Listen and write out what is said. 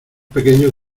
pequeños